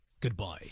goodbye